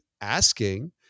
asking